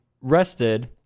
rested